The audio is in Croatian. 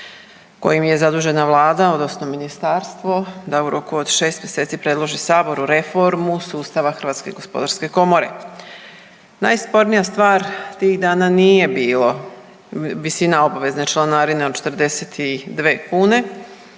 kojim je zadužena Vlada odnosno Ministarstvo da u roku od 6 mjeseci predloži Saboru reformu sustava Hrvatske gospodarske komore. Najspornija stvar tih dana nije bilo visina obvezne članarine od 42 kune